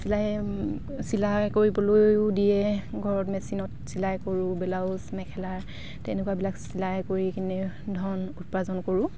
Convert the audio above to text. চিলাই চিলাই কৰিবলৈয়ো দিয়ে ঘৰত মেচিনত চিলাই কৰোঁ ব্লাউজ মেখেলা তেনেকুৱাবিলাক চিলাই কৰি কিনে ধন উৎপাৰ্জন কৰোঁ